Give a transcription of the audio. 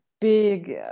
big